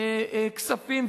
כספים,